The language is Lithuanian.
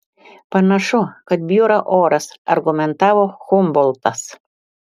panašu kad bjūra oras argumentavo humboltas